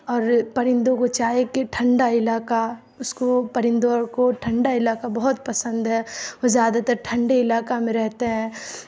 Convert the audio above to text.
اور پرندوں کو چاہے کہ ٹھنڈہ علاقہ اس کو پرندوں اور کو ٹھنڈہ علاقہ بہت پسند ہے وہ زیادہ تر ٹھنڈہ علاقہ میں رہتا ہے